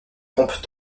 pompe